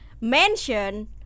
Mention